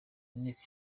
inteko